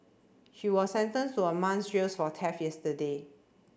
she was sentenced to a month's jails for theft yesterday